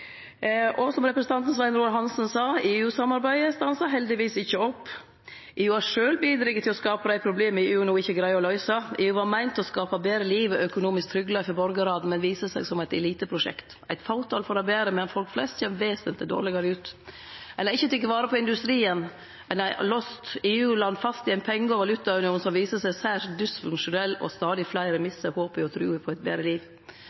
Og som representanten Svein Roald Hansen sa: EU-samarbeidet stansar heldigvis ikkje opp. EU har sjølv bidrege til å skape dei problema EU no ikkje greier å løyse. EU var meint å skape eit betre liv og økonomisk tryggleik for borgarane, men viser seg som eit eliteprosjekt. Eit fåtal får det betre, medan folk flest kjem vesentleg dårlegare ut. EU har ikkje teke vare på industrien. Ein har låst EU-land fast i ein penge- og valutaunion som viser seg særs dysfunksjonell. Stadig fleire misser håpet og trua på eit betre liv.